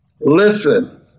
Listen